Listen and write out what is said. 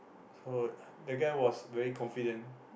toad that guy was very confident